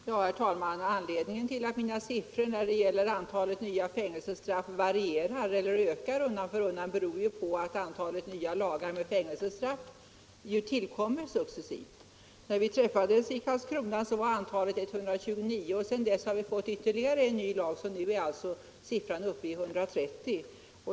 Herr talman! Anledningen till att mina siffror när det gäller antalet nya fängelsestraff ökar undan för undan beror på att nya lagar med fängelsestraff tillkommer successivt. När vi träffades i Karlskrona var antalet 129. Sedan dess har vi fått ytterligare en ny lag så nu är siffran uppe i 130.